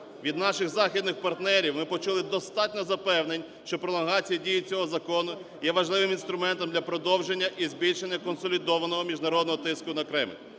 Від наших західних партнерів ми почули достатньо запевнень, що пролонгація дії цього закону є важливим інструментом для продовження і збільшення консолідованого міжнародного тиску на Кремль.